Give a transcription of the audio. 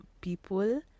people